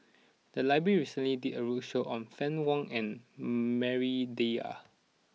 the library recently did a roadshow on Fann Wong and Maria Dyer